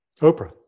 Oprah